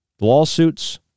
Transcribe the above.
Lawsuits